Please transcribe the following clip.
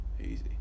easy